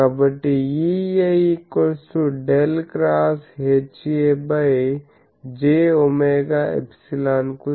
కాబట్టి EA ∇ X HA jw∊ కు సమానం అవుతుంది